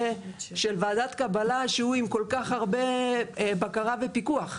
ועדת קבלה שהוא עם כל כך הרבה בקרה ופיקוח.